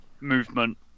movement